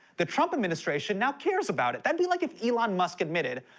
the trump administration now cares about it. that'd be like if elon musk admitted,